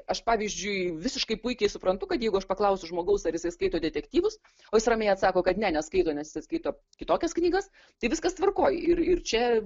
aš pavyzdžiui visiškai puikiai suprantu kad jeigu aš paklausiu žmogaus ar jisai skaito detektyvus o jis ramiai atsako kad ne neskaito nes jisai skaito kitokias knygas tai viskas tvarkoj ir ir čia